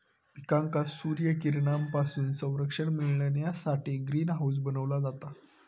पिकांका सूर्यकिरणांपासून संरक्षण मिळण्यासाठी ग्रीन हाऊस बनवला जाता